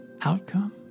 outcome